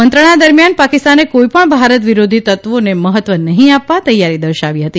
મંત્રણા દરમ્યાન પાકિસ્તાને કોઇપણ ભારત વિરોધી તત્વોને મહત્વ નહી આપવા તૈયારી દર્શાવી હતી